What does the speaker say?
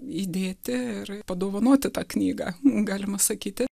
įdėti ir padovanoti tą knygą galima sakyti